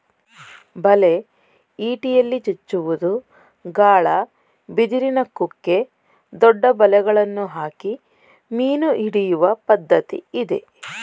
ಬಲೆ, ಇಟಿಯಲ್ಲಿ ಚುಚ್ಚುವುದು, ಗಾಳ, ಬಿದಿರಿನ ಕುಕ್ಕೆ, ದೊಡ್ಡ ಬಲೆಗಳನ್ನು ಹಾಕಿ ಮೀನು ಹಿಡಿಯುವ ಪದ್ಧತಿ ಇದೆ